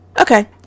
Okay